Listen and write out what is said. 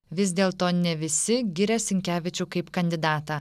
vis dėlto ne visi giria sinkevičių kaip kandidatą